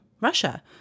Russia